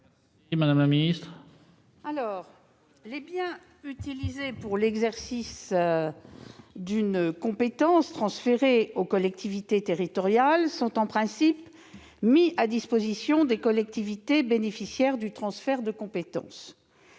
Les biens utilisés pour l'exercice d'une compétence transférée aux collectivités territoriales sont en principe mis à disposition des collectivités bénéficiaires de ce transfert de compétences.